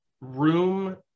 room